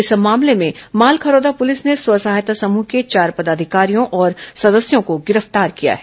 इस मामले में मालखरौदा पुलिस ने स्व सहायता समूह के चार पदाधिकारियों और सदस्यों को गिरफ्तार किया है